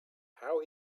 how